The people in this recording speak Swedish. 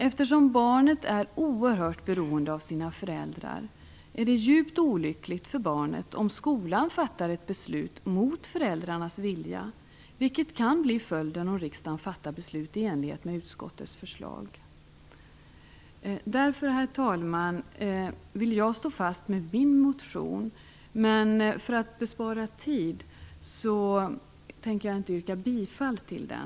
Eftersom barnet är oerhört beroende av sina föräldrar är det djupt olyckligt för barnet om skolan fattar ett beslut mot föräldrarnas vilja, vilket kan bli följden om riksdagen fattar beslut i enlighet med utskottets förslag. Herr talman! Jag står fast vid min motion, men för att spara tid tänker jag inte yrka bifall till den.